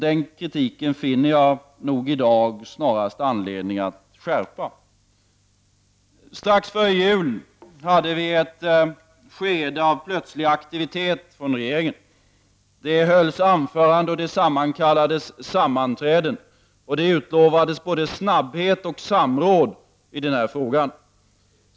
Den kritiken finner jag nog i dag snarast anledning att skärpa. Strax före jul hade vi ett skede av plötslig aktivitet från regeringens sida. Det hölls anföranden och det kallades till sammanträden. Det utlovades både snabbhet och samråd i denna fråga.